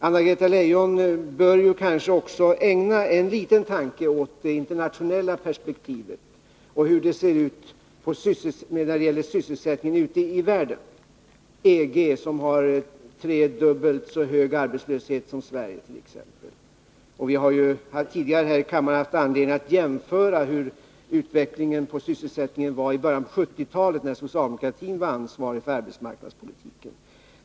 Anna-Greta Leijon bör också ägna en liten tanke åt det internationella perspektivet och hur det ser ut ute i världen — EG som har tredubbelt så hög arbetslöshet som Sverige t.ex. Vi har tidigare här i kammaren haft anledning att jämföra sysselsättningen nu med hur den var i början på 1970-talet, när socialdemokraterna var ansvariga för arbetsmarknadspolitiken.